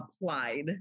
applied